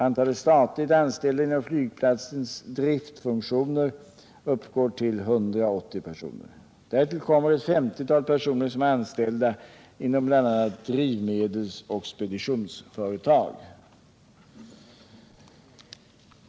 Antalet statligt anställda inom flygplatsens driftfunktioner uppgår till 180 personer. Därtill kommer ett femtiotal personer, som är anställda inom bl.a. drivmedelsoch speditionsföretag.